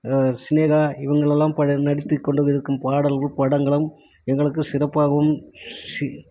சிநேகா இவங்களெல்லாம் பழ நடித்துக் கொண்டுருக்கும் பாடல்களும் படங்களும் எங்களுக்கு சிறப்பாகவும் சி